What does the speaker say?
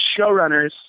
showrunners